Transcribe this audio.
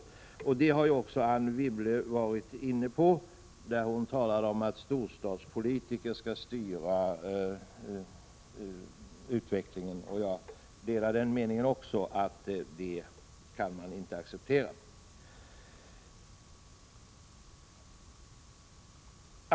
Anne Wibble har också varit inne på detta, när hon talade om att storstadspolitiker skall styra utvecklingen. Jag delar uppfattningen att man inte kan acceptera detta.